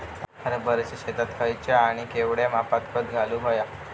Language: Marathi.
हरभराच्या शेतात खयचा आणि केवढया मापात खत घालुक व्हया?